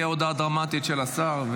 תהיה הודעה דרמטית של השר,